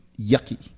yucky